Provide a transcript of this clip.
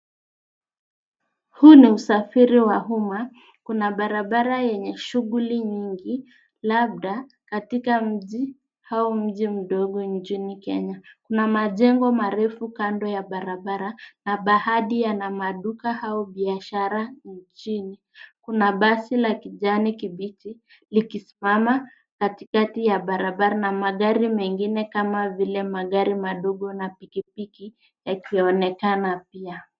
Huu ni usafiri wa umma. Kuna barabara yenye shughuli nyingi labda katika mji au mji mdogo nchini Kenya. Kuna majengo marefu kando ya barabara ma baadhi ya maduka au biashara nchini. Kuna basi la kijani kibichi likisimama katikati ya barabara na magari mengine kama vile magari madogo na pikipiki yakionekana pia.